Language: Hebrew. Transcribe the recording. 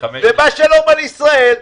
ובא שלום על ישראל.